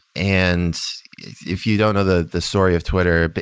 and if you don't know the the story of twitter, but